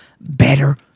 better